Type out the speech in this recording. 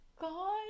god